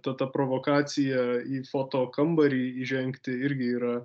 ta ta provokacija į foto kambarį įžengti irgi yra